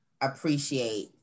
appreciate